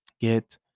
get